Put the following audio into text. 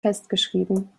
festgeschrieben